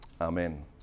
Amen